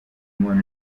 umubano